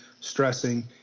stressing